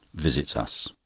visits us.